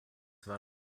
war